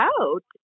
out